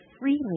freely